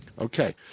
Okay